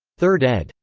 third ed.